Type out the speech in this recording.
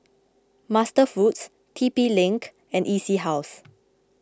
MasterFoods T P link and E C House